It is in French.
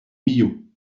millau